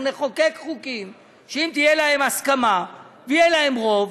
אנחנו נחוקק חוקים שאם תהיה להם הסכמה ויהיה להם רוב,